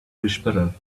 whisperer